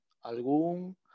algún